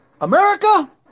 America